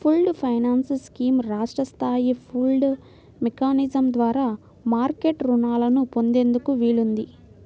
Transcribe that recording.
pooled finance scheme రాష్ట్ర స్థాయి pooled mechanism ద్వారా మార్కెట్ రుణాలను పొందేందుకు వీలుంది